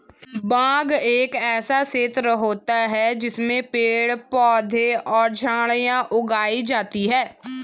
बाग एक ऐसा क्षेत्र होता है जिसमें पेड़ पौधे और झाड़ियां उगाई जाती हैं